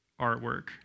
artwork